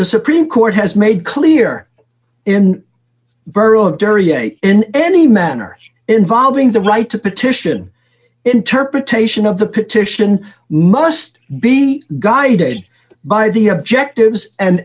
the supreme court has made clear in borough of terri a in any manner involving the right to petition interpretation of the petition must be guided by the objectives and